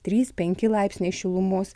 trys penki laipsniai šilumos